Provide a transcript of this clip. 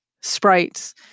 sprites